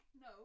No